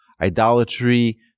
idolatry